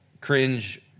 cringe